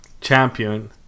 champion